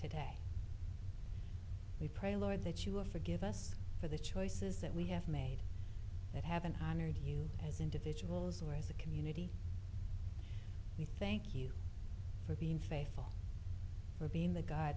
to day we pray lord that you will forgive us for the choices that we have made that have been honored you as individuals or as a community we thank you for being faithful for being the g